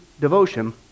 devotion